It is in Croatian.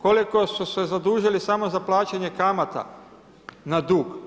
Koliko su se zadužili samo za plaćanje kamata na dug?